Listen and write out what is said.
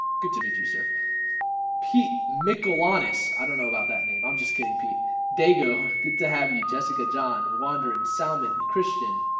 good to meet you sir pete mikkel honest, i don't know about that name. i'm just kidding pete daigo. good to have you jessica john wandering salman kristian